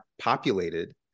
populated